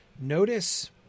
Notice